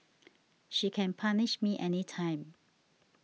she can punish me anytime